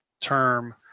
term